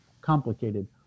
complicated